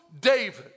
David